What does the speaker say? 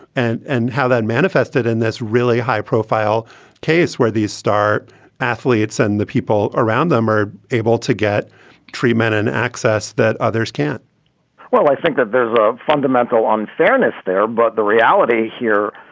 and and how that manifested in this really high profile case where these star athletes and the people around them are able to get treatment and access that others can't well, i think that there's a fundamental unfairness there. but the reality here,